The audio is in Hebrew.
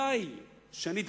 הלוואי שאני אתבדה.